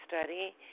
study